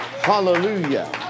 Hallelujah